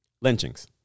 Lynchings